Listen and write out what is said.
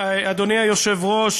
אדוני היושב-ראש,